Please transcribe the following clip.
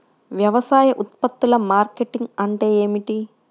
వ్యవసాయ ఉత్పత్తుల మార్కెటింగ్ అంటే ఏమిటి?